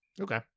Okay